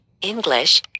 English